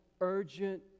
urgent